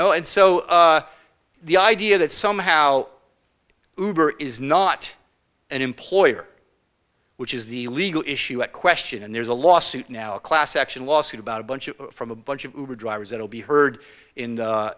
know and so the idea that somehow hoover is not an employer which is the legal issue at question and there's a lawsuit now a class action lawsuit about a bunch from a bunch of drivers that will be heard in